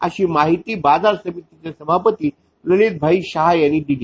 अशी माहिती बाजार समितीचे सभापती विवेक भाई शाह यांनी दिली